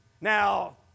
Now